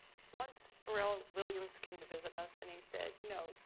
once pharrell williams came to visit us. and he said, you know,